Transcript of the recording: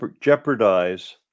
jeopardize